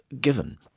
given